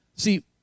See